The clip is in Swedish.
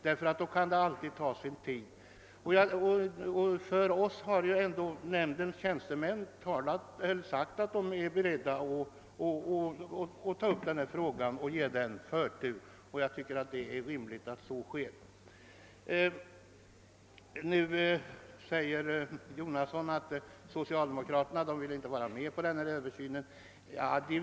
Nämndens ledamöter har förklarat att de är beredda att ta upp denna fråga och ge den förtur, och då tycker jag det är rimligt att den får göra det. Herr Jonasson säger att socialdemokraterna inte vill vara med om att denna översyn görs.